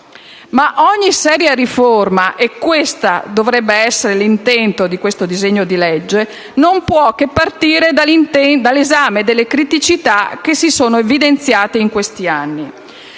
Ma ogni seria riforma - e questo dovrebbe essere l'intento di questo disegno di legge - non può che partire dall'esame delle criticità che si sono evidenziate in questi anni.